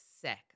sick